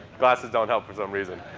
glasses don't help for some reason.